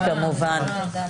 הצעת החוק אושרה אושר פה אחד.